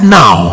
now